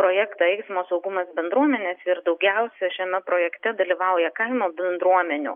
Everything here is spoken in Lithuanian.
projektą eismo saugumas bendruomenėse ir daugiausia šiame projekte dalyvauja kaimo bendruomenių